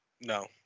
No